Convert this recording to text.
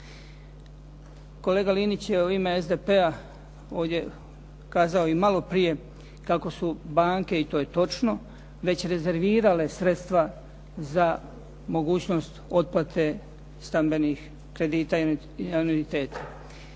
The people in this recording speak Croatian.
Kolega Linić u ime SDP-a ovdje kazao i malo prije kako su banke i to je točno, već rezervirale sredstva za mogućnost otplate stambenih kredita i anuitet.